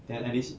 then at least